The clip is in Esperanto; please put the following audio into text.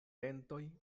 dentoj